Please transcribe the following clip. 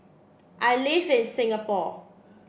I live in Singapore